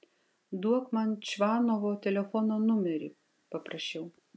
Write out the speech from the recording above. duok man čvanovo telefono numerį paprašiau